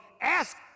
Ask